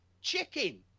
chicken